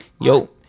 Yo